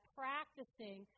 practicing